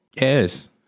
Yes